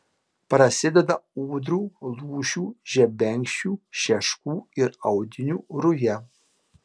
prasideda ūdrų lūšių žebenkščių šeškų ir audinių ruja